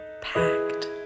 packed